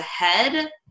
ahead